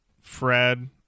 Fred